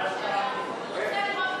רן קוניק.